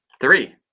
Three